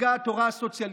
משיגה התורה הסוציאליסטית.